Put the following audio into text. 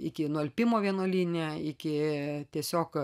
iki nualpimo vienuolyne iki tiesiog